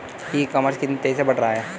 ई commerce कितनी तेजी से बढ़ रहा है?